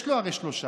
יש לו הרי שלושה: